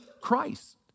Christ